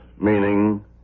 Meaning